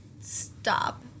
stop